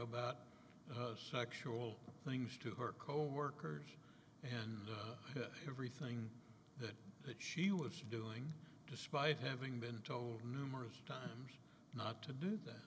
about sexual things to her coworkers and everything that she was doing despite having been told numerous times not to do that